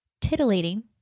titillating